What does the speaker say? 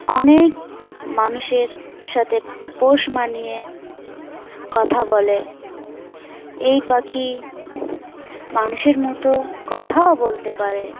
অনেক মানুষের সাথে পোষ মানিয়ে কথা বলে এই পাখি মানুষের মতো কথাও বলতে পারে